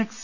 X